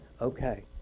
okay